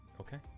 Okay